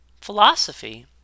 Philosophy